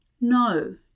no